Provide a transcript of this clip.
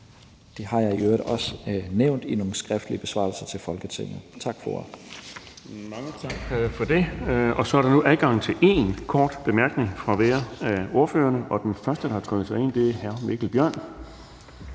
Det har jeg i øvrigt også nævnt i nogle skriftlige besvarelser til Folketinget. Tak for ordet. Kl. 10:13 Den fg. formand (Erling Bonnesen): Mange tak for det. Nu er der så adgang til en kort bemærkning fra hver af ordførerne, og den første, der har trykket sig ind, er hr. Mikkel Bjørn,